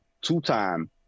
two-time